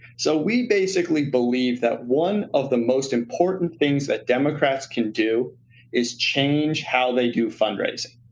so we basically believe that one of the most important things that democrats can do is change how they do fundraising.